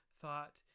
thought